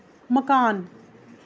मकान